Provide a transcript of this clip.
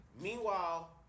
Meanwhile